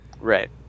Right